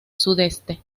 sudeste